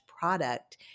product